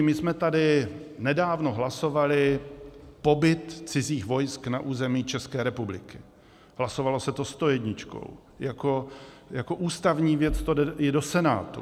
My jsme tady nedávno hlasovali pobyt cizích vojsk na území České republiky, hlasovalo se to stojedničkou, jako ústavní věc to jde i do Senátu.